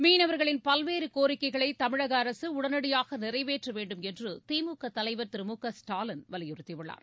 மீனவர்களின் பல்வேறு கோரிக்கைகளை தமிழக அரசு உடனடியாக நிறைவேற்ற வேண்டும் என்று திமுக தலைவர் திரு மு க ஸ்டாலின் வலியுறுத்தியுள்ளார்